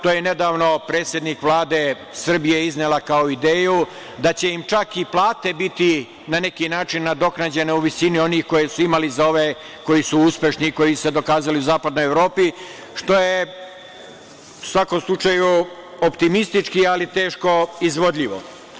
To je nedavno predsednik Vlade Srbije iznela kao ideju da će im čak i plate biti na neki način nadoknađene u visini onih koje su imali za ove koji su uspešni, koji su se dokazali u zapadnoj Evropi, što je u svakom slučaju optimistički, ali teško izvodljivo.